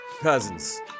Cousins